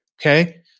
okay